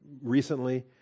recently